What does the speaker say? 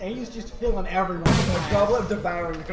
ah he's just filling everyone's a god love devour